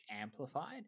amplified